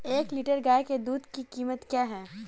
एक लीटर गाय के दूध की कीमत क्या है?